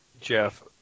Jeff